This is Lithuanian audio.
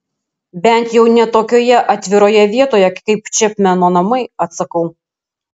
bent jau ne tokioje atviroje vietoje kaip čepmeno namai atsakau